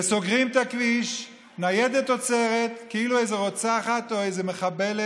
וסוגרים את הכביש: ניידת עוצרת כאילו היא איזו רוצחת או איזו מחבלת.